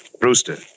Brewster